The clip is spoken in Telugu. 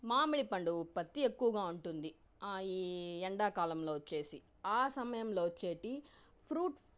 మామిడి పండు ఉత్పత్తి ఎక్కువగా ఉంటుంది ఈ ఎండాకాలంలో వచ్చేసి ఆ సమయంలో వచ్చేటి ఫ్రూట్